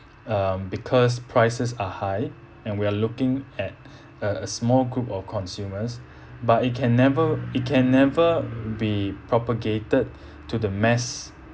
um because prices are high and we are looking at a a small group of consumers but it can never it can never be propagated to the mass